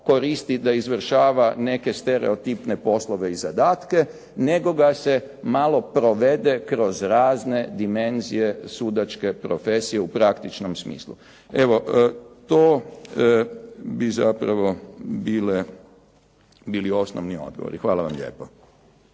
koristi da izvršava neke stereotipne poslove i zadatke, nego ga se malo provede kroz razne dimenzije sudačke profesije u praktičnom smislu. Evo, to bi zapravo bili osnovni odgovori. Hvala vam lijepo.